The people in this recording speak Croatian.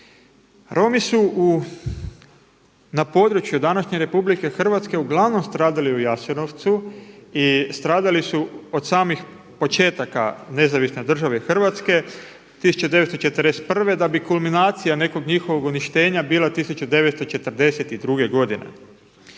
Romi su na području današnje RH uglavnom stradali u Jasenovcu i stradali su od samih početaka NDH 1941. da bi kulminacija nekog njihovog uništenja bila 1942. godine.